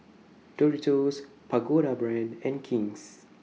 Doritos Pagoda Brand and King's